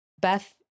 Beth